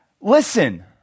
Listen